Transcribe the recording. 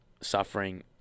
suffering